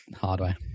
hardware